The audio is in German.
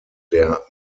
der